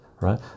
right